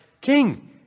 King